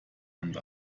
hand